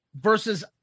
versus